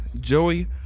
Joey